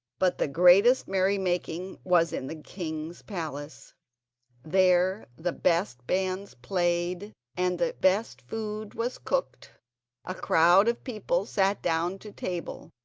but the greatest merry-making was in the king's palace there the best bands played and the best food was cooked a crowd of people sat down to table,